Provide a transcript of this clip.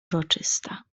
uroczysta